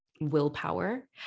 willpower